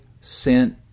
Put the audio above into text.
sent